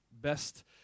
best